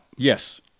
Yes